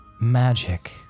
magic